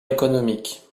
économique